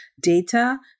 data